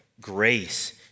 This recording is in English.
grace